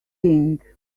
thing